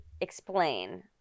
explain